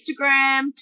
instagram